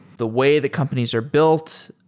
the way the companies are built.